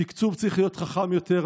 התקצוב צריך להיות חכם יותר,